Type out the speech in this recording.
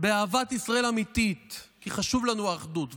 באהבת ישראל אמיתית, כי חשובה לנו האחדות.